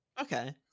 okay